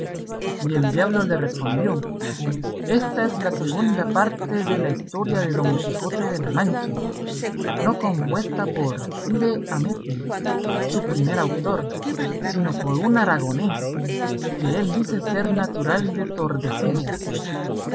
y el diablo le respondió ésta es la segunda parte de la historia de don quijote de la mancha no compuesta por cide hamete su primer autor sino por un aragonés que él dice ser natural de tordesillas